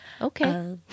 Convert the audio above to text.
okay